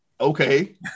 okay